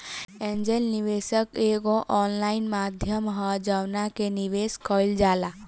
angel निवेशक एगो online माध्यम ह जवना से निवेश कईल जाला